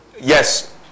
Yes